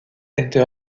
était